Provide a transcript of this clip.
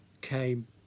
came